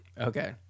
Okay